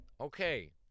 Okay